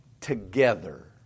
together